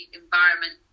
environment